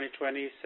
2020